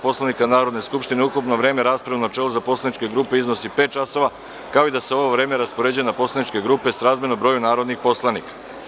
Poslovnika Narodne skupštine, ukupno vreme rasprave u načelu za poslaničke grupe iznosi pet časova, kao i da se ovo vreme raspoređuje na poslaničke grupe srazmerno broju narodnih poslanika.